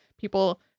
people